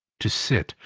to sit,